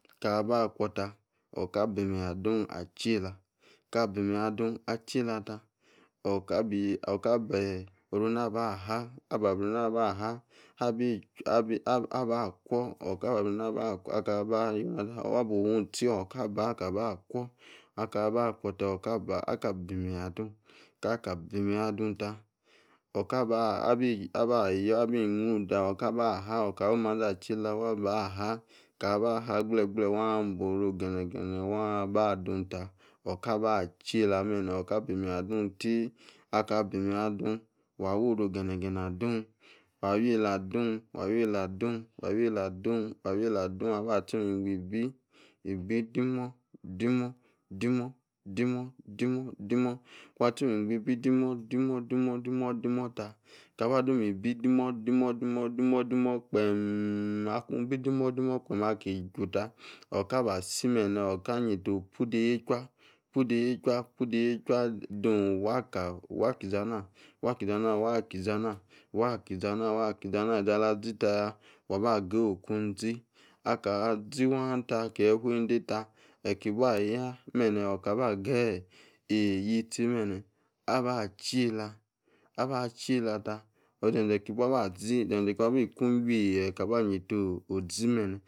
Ka ba kwo ta, oka bi meyi adun achela. Ka bi menyi adun achela ta oka bi okabi abaha, aba abrino̱ abaha abiju wa bu fu ong ti oka ba ka ba kwo̱, ka ba kwo ta aka bi menyi adun. Ka ka bi menyi adun ta kabaha gblegble waan abi oru oge̱ne̱ge̱ne aba adun ta, oka ba iela bene, oka bi me̱nyi adun tee Aka bi menyi adun, wa woru oge̱ne̱ge̱ne̱ adun tee, wa wi yela adun wi yela adun ba chiomu engba ibi, ibi demo̱demo̱ akun chi omu engba ibii demo̱demo̱demo̱ ta, taba dom ibi demo̱demo̱ demo̱ gbem. Akun bi demo̱ demo̱ gbem aki juta. Oka ba si bene, oka yeta opu de yechwa